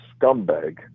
scumbag